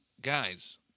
guys